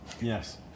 Yes